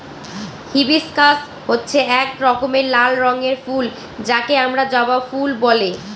hibiscus হচ্ছে এক রকমের লাল রঙের ফুল যাকে আমরা জবা ফুল বলে